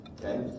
Okay